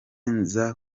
nza